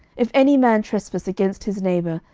if any man trespass against his neighbour,